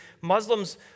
Muslims